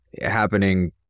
happening